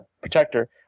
protector